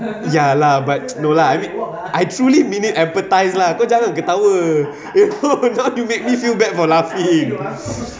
ya lah but no lah I truly mean it empathise lah kau jangan ketawa now you make me feel bad for laughing